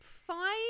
five